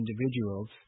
individuals